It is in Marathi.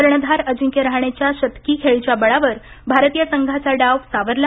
कणर्धार अजिंक्य रहाणेच्या शतकी खेळीच्या बळावर भारतीय संघांचा डाव सावरला